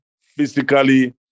physically